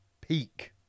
peak